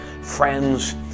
friends